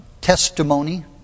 testimony